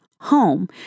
home